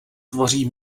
tvoří